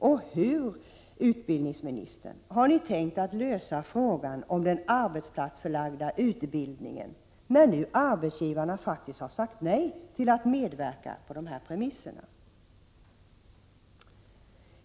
Och hur, utbildningsministern,; har ni tänkt lösa frågan om den arbetsplatsförlagda utbildningen, när nu arbetsgivarna faktiskt har sagt nej till att medverka på dessa premisser?